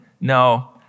No